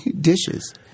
dishes